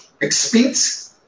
expense